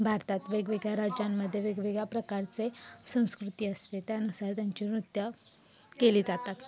भारतात वेगवेगळ्या राज्यांमध्ये वेगवेगळ्या प्रकारचे संस्कृती असते त्यानुसार त्यांचे नृत्य केले जातात